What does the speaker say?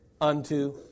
unto